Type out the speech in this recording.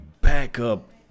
backup